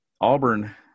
Auburn